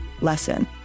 lesson